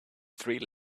drill